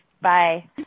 Bye